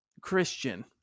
Christian